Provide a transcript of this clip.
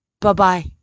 Bye-bye